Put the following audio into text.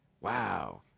Wow